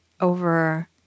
over